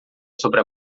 sobre